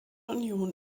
union